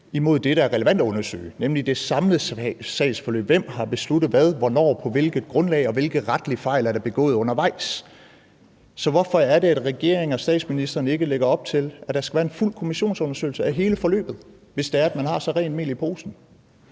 imod det, der er relevant at undersøge, nemlig det samlede sagsforløb: Hvem har besluttet hvad hvornår og på hvilket grundlag, og hvilke retlige fejl er der begået undervejs? Så hvorfor er det, at regeringen og statsministeren ikke lægger op til, at der skal være en fuld kommissionsundersøgelse af hele forløbet, hvis man har så rent mel i posen?